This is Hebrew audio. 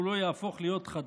הוא לא יהפוך להיות חתול,